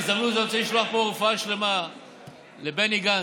בהזמנות זו אני רוצה לשלוח מפה רפואה שלמה לבני גנץ,